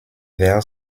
vers